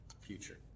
future